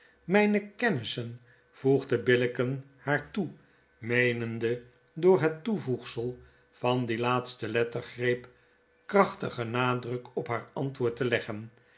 myne kennissen voegde billicken haar toe meenende door het toevoegsel van die laatste lettergreep krachtiger nadruk op haar antwoord te leggen